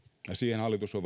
ja siihen hallitus on